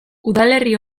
udalerri